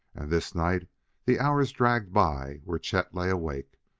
and this night the hours dragged by where chet lay awake,